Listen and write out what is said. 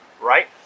right